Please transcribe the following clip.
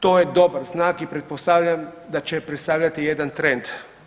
To je dobar znak i pretpostavljam da će predstavljati jedan trend.